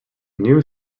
new